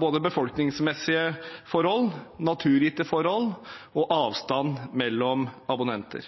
både befolkningsmessige forhold, naturgitte forhold og avstanden mellom abonnentene.